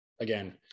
again